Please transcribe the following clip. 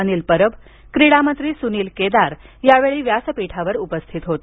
अनिल परब क्रीडामंत्री सुनील केदार यावेळी व्यासपीठावर उपस्थित होते